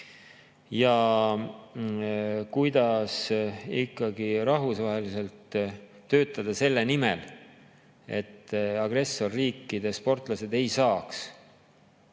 Kuidas ikkagi rahvusvaheliselt töötada selle nimel, et agressorriikide sportlased ei saaks